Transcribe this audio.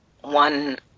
one